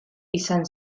izan